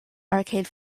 arcade